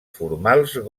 formals